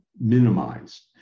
minimized